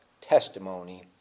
testimony